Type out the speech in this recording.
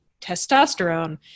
testosterone